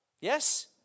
Yes